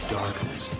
darkness